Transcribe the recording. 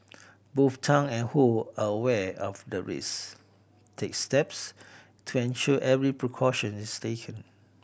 both Tang and Ho are aware of the risk take steps to ensure every precaution is taken